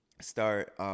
start